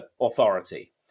authority